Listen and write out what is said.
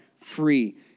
free